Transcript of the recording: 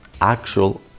actual